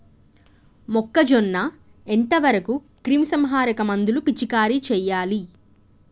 మొక్కజొన్న ఎంత వరకు క్రిమిసంహారక మందులు పిచికారీ చేయాలి?